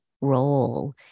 role